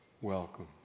Welcome